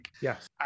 Yes